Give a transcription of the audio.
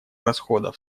расходов